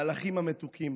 המלאכים המתוקים